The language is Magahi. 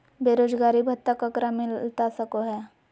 बेरोजगारी भत्ता ककरा मिलता सको है?